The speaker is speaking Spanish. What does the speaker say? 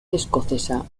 escocesa